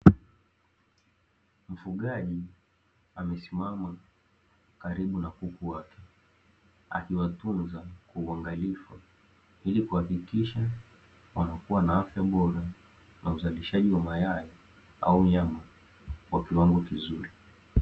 Mfugaji amesimama karibu na kuku wake akiwatunza kwa uangalifu, ili kuhakikisha wanakua na afya bora na uzalishaji wa mayai au nyama wa kiwango kizuri.